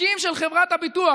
תיקים של חברת הביטוח,